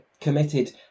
committed